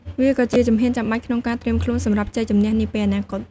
វាក៍ជាជំហានចាំបាច់ក្នុងការត្រៀមខ្លួនសម្រាប់ជ័យជម្នះនាពេលអនាគត។